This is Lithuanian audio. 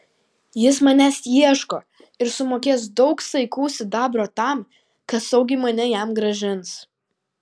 jis manęs ieško ir sumokės daug saikų sidabro tam kas saugiai mane jam grąžins